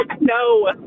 No